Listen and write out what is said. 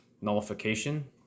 nullification